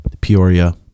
Peoria